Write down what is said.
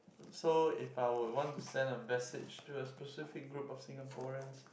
so if I would want to send a message to a specific group of Singaporeans